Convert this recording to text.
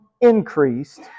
increased